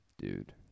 Dude